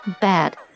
Bad